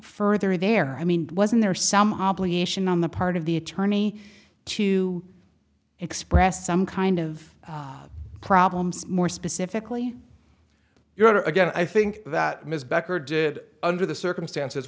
further there i mean wasn't there some obligation on the part of the attorney to express some kind of problems more specifically you know to again i think that ms becker did under the circumstances